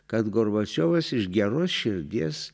kad gorbačiovas iš geros širdies